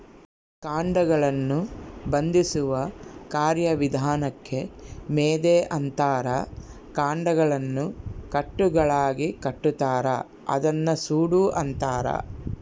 ಕಾಂಡಗಳನ್ನು ಬಂಧಿಸುವ ಕಾರ್ಯವಿಧಾನಕ್ಕೆ ಮೆದೆ ಅಂತಾರ ಕಾಂಡಗಳನ್ನು ಕಟ್ಟುಗಳಾಗಿಕಟ್ಟುತಾರ ಅದನ್ನ ಸೂಡು ಅಂತಾರ